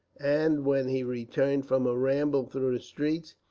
and when he returned from a ramble through the streets,